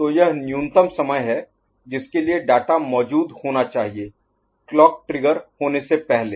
तो यह न्यूनतम समय है जिसके लिए डाटा मौजूद होना चाहिए क्लॉक ट्रिगर होने से पहले